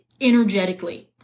energetically